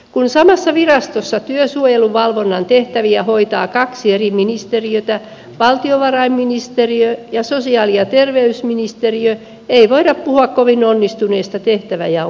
kun samassa virastossa työsuojeluvalvonnan tehtäviä hoitaa kaksi eri ministeriötä valtiovarainministeriö ja sosiaali ja terveysministeriö ei voida puhua kovin onnistuneesta tehtäväjaon kehittämisestä